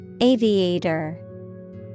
Aviator